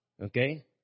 Okay